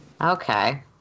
Okay